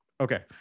Okay